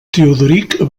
teodoric